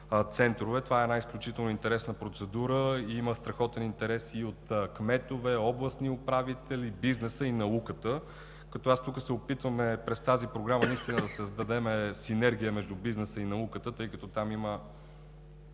центрове. Това е една изключително интересна процедура и има страхотен интерес и от кметове, областни управители, бизнеса и науката, като се опитваме през тази програма наистина да създадем синергия между бизнеса и науката, тъй като в